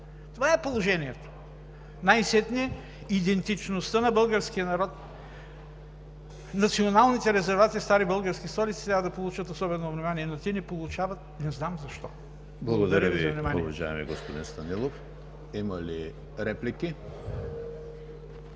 Това е положението. Най-сетне идентичността на българския народ, националните резервати и стари български столици трябва да получат особено внимание, но те не получават, не знам защо! Благодаря Ви за вниманието. ПРЕДСЕДАТЕЛ ЕМИЛ ХРИСТОВ: Благодаря Ви, уважаеми господин Станилов. Има ли реплики?